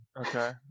okay